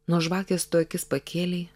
nuo žvakės tu akis pakėlei